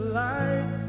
light